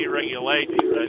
regulations